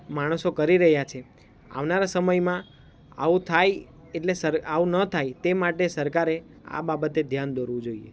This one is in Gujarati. માણસો કરી રહ્યા છે આવનારા સમયમાં આવું થાય એટલે સર આવું ન થાય તે માટે સરકારે આ બાબતે ધ્યાન દોરવું જોઈએ